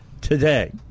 today